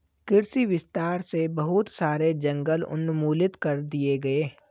कृषि विस्तार से बहुत सारे जंगल उन्मूलित कर दिए गए